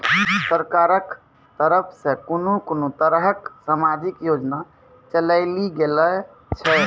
सरकारक तरफ सॅ कून कून तरहक समाजिक योजना चलेली गेलै ये?